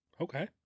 Okay